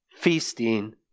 feasting